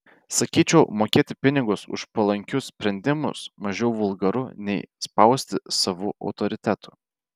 sakyčiau mokėti pinigus už palankius sprendimus mažiau vulgaru nei spausti savu autoritetu